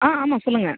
ஆ ஆமாம் சொல்லுங்கள்